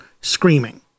screaming